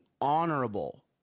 honorable